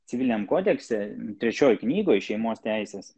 civiliniam kodekse trečioj knygoj šeimos teisės